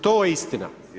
To je istina.